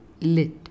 Lit